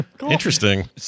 interesting